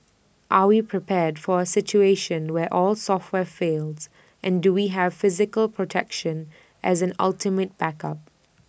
are we prepared for A situation where all software fails and do we have physical protection as an ultimate backup